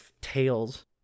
tales